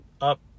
up